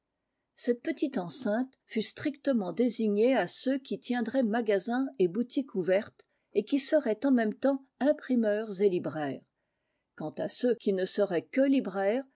cette petite enceinte fut strictement désignée a ceux qui tiendraient magasin et boutique ouverte et qui seraient en même temps imprimeurs et libraires quant à ceux qui ne seraient que libraires